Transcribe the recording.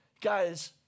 Guys